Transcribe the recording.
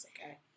okay